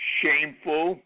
shameful